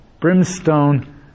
brimstone